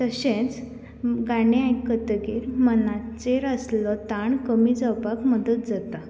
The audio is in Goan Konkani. तशेंच गाणें आयकतगीर मनाचेर आसलो ताण कमी जावापाक मदत जाता